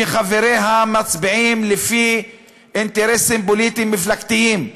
שחבריה מצביעים לפי אינטרסים פוליטיים-מפלגתיים,